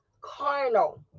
carnal